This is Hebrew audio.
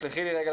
תסלחי לי רגע,